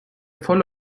fall